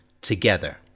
together